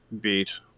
beat